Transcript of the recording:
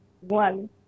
One